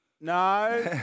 no